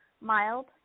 mild